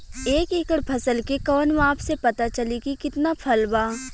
एक एकड़ फसल के कवन माप से पता चली की कितना फल बा?